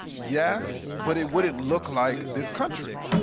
yes, but it wouldn't look like this country.